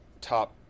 top